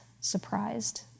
surprised